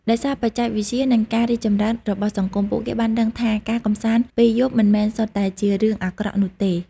ដោយសារបច្ចេកវិទ្យា និងការរីកចម្រើនរបស់សង្គម ពួកគេបានដឹងថា ការកម្សាន្តពេលយប់មិនមែនសុទ្ធតែជារឿងអាក្រក់នោះទេ។